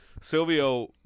Silvio